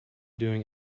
doing